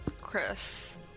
Chris